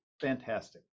Fantastic